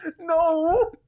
No